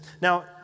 Now